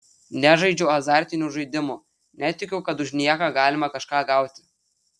nežaidžiu azartinių žaidimų netikiu kad už nieką galima kažką gauti